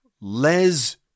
Les